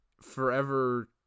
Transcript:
forever